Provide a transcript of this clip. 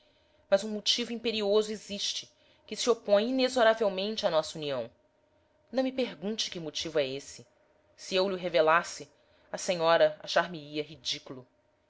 mas um motivo imperioso existe que se opõe inexoravelmente á nossa união não me pergunte que motivo é esse se eu lho revelasse a senhora achar me ia ridículo